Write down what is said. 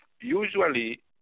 usually